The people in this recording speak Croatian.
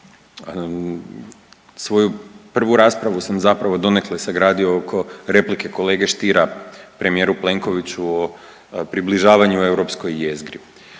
Svoju prvu raspravu sam zapravo donekle sagradio oko replike kolege Stiera premijeru Plenkoviću o približavanju europskoj jezgri.